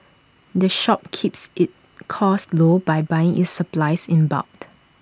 the shop keeps its costs low by buying its supplies in bulked